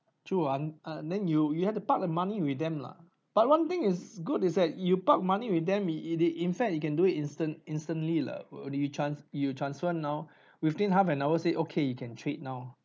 true ah uh then you you have to park the money with them lah but one thing is good is that you park money with them it it it in fact you can do it instant instantly lah wh~ when you tran~ you transfer now within half an hour they say okay you can trade now